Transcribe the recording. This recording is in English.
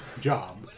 job